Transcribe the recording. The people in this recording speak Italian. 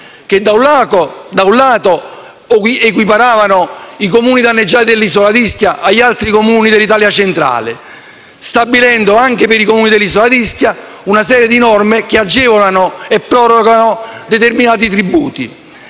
da un lato, a equiparare i Comuni danneggiati dell'isola d'Ischia agli altri Comuni dell'Italia centrale, stabilendo anche per i primi una serie di norme che agevolano e prorogano determinati tributi,